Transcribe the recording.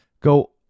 go